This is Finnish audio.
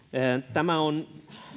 tämä on